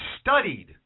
studied